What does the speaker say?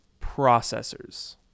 processors